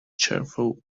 cheerful